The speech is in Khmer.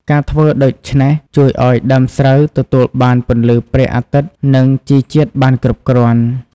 ការធ្វើដូច្នេះ ជួយឱ្យដើមស្រូវទទួលបានពន្លឺព្រះអាទិត្យ និងជីជាតិបានគ្រប់គ្រាន់។